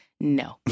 No